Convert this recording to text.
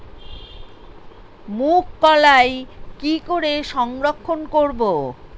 মুঘ কলাই কি করে সংরক্ষণ করব?